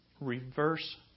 reverse